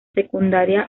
secundaria